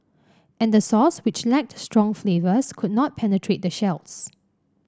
and the sauce which lacked strong flavours could not penetrate the shells